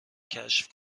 کشف